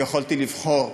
ויכולתי לבחור,